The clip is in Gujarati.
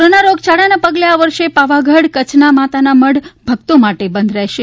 કોરોના રોગચાળાના પગલે આ વર્ષે પાવાગઢ કચ્છના માતાના મઢ ભક્તો માટે બંધ રહેશે